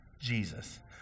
Jesus